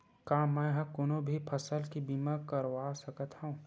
का मै ह कोनो भी फसल के बीमा करवा सकत हव?